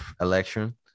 election